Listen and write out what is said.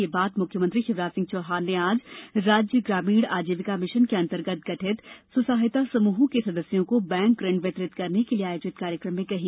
ये बात मुख्यमंत्री शिवराज सिंह चौहान ने आज राज्य ग्रामीण आजीविका मिशन के अंतर्गत गठित स्व सहायता समूहों के सदस्यों को बैंक ऋण वितरित करने के लिये आयोजित कार्यक्रम में कही